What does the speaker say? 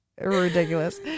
ridiculous